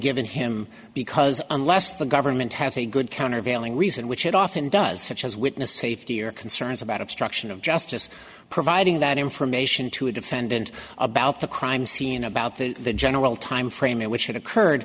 given him because unless the government has a good countervailing reason which it often does such as witness safety or concerns about obstruction of justice providing that information to a defendant about the crime scene about the the general timeframe in which it occurred